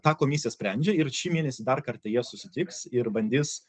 ta komisija sprendžia ir šį mėnesį dar kartą jie susitiks ir bandys